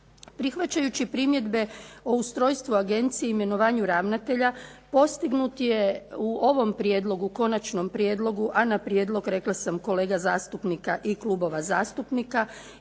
Prihvaćajući primjedbe o ustrojstvu Agencije i imenovanju ravnatelja postignut je u ovom prijedlogu a na prijedlog kolega zastupnika i klubova zastupnika